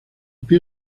pie